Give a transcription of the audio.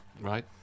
Right